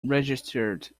registered